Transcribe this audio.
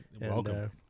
welcome